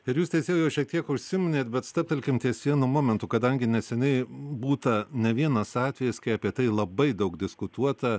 ir jūs teisėjau jau šiek tiek užsiminėt bet stabtelkim ties vienu momentu kadangi neseniai būta ne vienas atvejis kai apie tai labai daug diskutuota